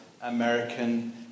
American